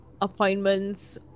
Appointments